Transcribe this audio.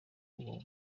uwo